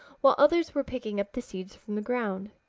while others were picking up the seeds from the ground.